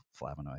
flavonoids